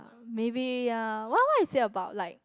ah maybe ya what what's it about like